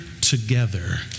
together